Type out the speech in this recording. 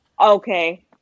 Okay